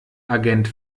agent